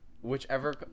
Whichever